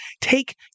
take